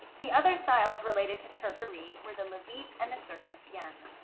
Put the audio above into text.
the other styles related to turkey were the levite and the circassienne.